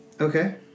Okay